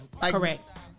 Correct